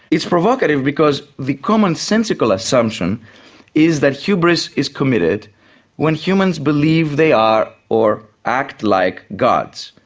it's provocative because the commonsensical assumption is that hubris is committed when humans believe they are or act like gods,